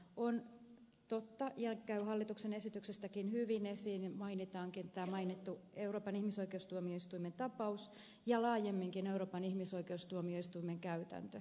on totta ja käy hallituksen esityksestäkin hyvin esiin mainitaankin tämä mainittu euroopan ihmisoikeustuomioistuimen tapaus ja laajemminkin euroopan ihmisoikeustuomioistuimen käytäntö